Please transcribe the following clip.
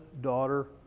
daughter